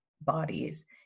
bodies